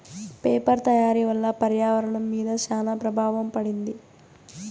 paper తయారీ వల్ల పర్యావరణం మీద శ్యాన ప్రభావం పడింది